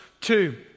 two